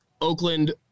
Oakland